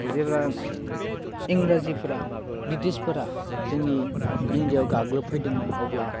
जेब्ला इंराजीफोरा ब्रिटिसफोरा जोंनि इण्डियाआव गाग्लोब फैदोंमोन अब्ला